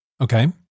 Okay